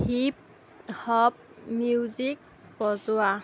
heap hop music বজোৱা